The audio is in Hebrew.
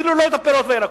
אפילו לא על פירות וירקות.